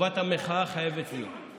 חובת המחאה חייבת להיות.